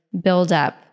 buildup